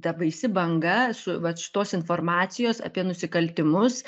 ta baisi banga su vat šitos informacijos apie nusikaltimus